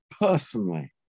personally